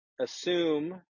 assume